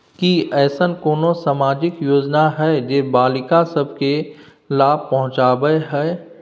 की ऐसन कोनो सामाजिक योजना हय जे बालिका सब के लाभ पहुँचाबय हय?